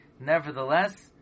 nevertheless